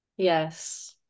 Yes